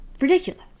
Ridiculous